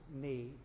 need